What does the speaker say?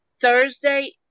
Thursday